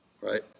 right